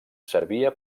servia